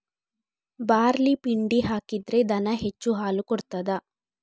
Barley ಪಿಂಡಿ ಹಾಕಿದ್ರೆ ದನ ಹೆಚ್ಚು ಹಾಲು ಕೊಡ್ತಾದ?